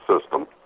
system